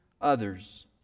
others